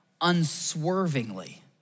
unswervingly